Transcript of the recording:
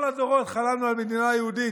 כל הדורות חלמנו על מדינה יהודית,